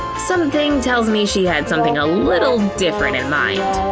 something tells me she had something a little different in mind.